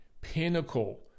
pinnacle